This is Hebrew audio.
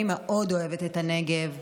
אני מאוד אוהבת את הנגב,